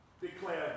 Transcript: declared